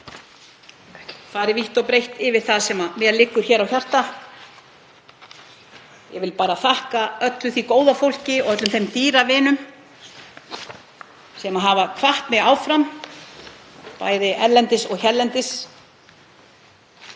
farið vítt og breitt yfir það sem mér liggur á hjarta. Ég vil bara þakka öllu því góða fólki og öllum þeim dýravinum sem hafa hvatt mig áfram, bæði erlendis og hérlendis.